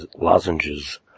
lozenges